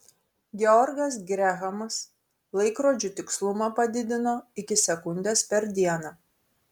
georgas grehamas laikrodžių tikslumą padidino iki sekundės per dieną